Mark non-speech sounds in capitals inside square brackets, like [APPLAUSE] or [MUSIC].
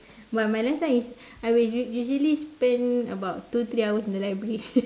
but my lunch time is I will usually spend about two three hours in the library [LAUGHS]